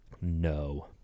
No